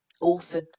author